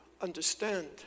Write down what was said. understand